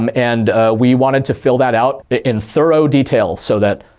um and we wanted to fill that out in thorough detail so that,